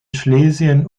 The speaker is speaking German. schlesien